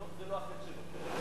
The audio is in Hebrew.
זה לא החטא שלו.